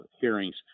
hearings